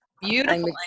beautiful